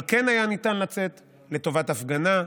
אבל כן היה ניתן לצאת לטובת הפגנה,